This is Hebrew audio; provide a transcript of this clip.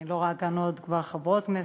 אני לא רואה כאן עוד חברות כנסת,